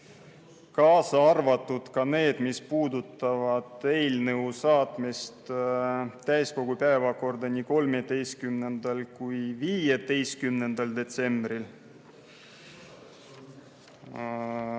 kaasa arvatud need, mis puudutavad eelnõu saatmist täiskogu päevakorda nii 13. kui ka 15. detsembriks.